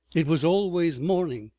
it was always morning.